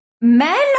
men